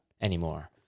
anymore